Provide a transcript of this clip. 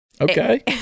okay